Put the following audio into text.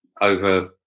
over